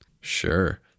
Sure